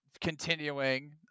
continuing